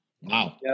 Wow